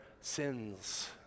sins